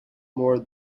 more